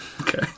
Okay